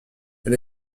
elle